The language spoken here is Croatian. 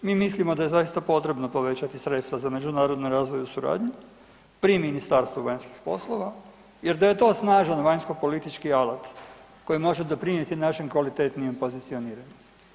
Mi mislimo da je zaista potrebno povećati sredstva za međunarodnu i razvojnu suradnju pri Ministarstvu vanjskih poslova jer da je to snažan vanjsko politički alat koji može pridonijeti našem kvalitetnijem pozicioniranju.